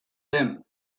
them